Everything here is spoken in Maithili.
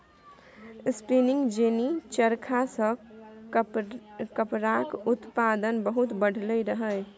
स्पीनिंग जेनी चरखा सँ कपड़ाक उत्पादन बहुत बढ़लै रहय